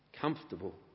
Comfortable